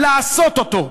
לעשות אותו.